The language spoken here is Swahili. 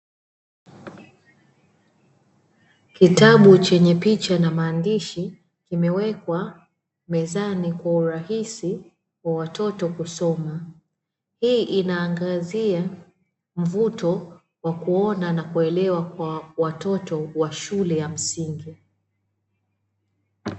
Kitabu chenye picha na maandishi, kimewekwa mezani kwa urahisi wa watoto kusoma. Hii inaangazia mvuto wa kuona na kuelewa kwa watoto wa shule ya msingi.